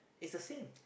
is the same